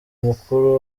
mukuru